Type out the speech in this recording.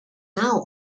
now